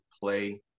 play